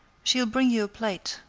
she'll bring you a plate,